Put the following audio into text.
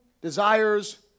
desires